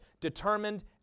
determined